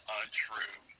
untrue